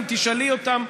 אם תשאלי אותם,